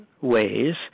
ways